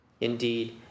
Indeed